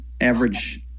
average